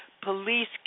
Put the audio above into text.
police